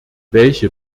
welche